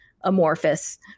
amorphous